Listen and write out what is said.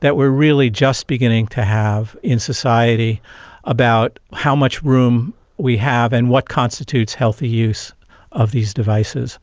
that we are really just beginning to have in society about how much room we have and what constitutes healthy use of these devices.